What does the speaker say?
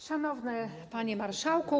Szanowny Panie Marszałku!